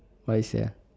why sia